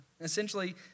Essentially